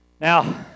Now